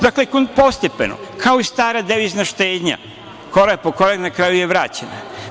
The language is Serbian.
Dakle, postepeno, kao i stara devizna štednja, korak po korak, na kraju je vraćena.